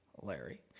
Larry